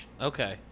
Okay